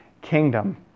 kingdom